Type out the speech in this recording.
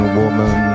woman